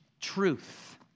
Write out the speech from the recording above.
truth